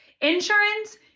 insurance